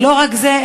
לא רק זה,